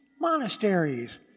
Monasteries